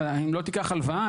אם לא תיקח הלוואה,